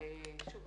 שוב,